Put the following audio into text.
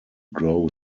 grow